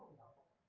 level